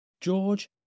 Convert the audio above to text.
George